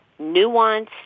nuanced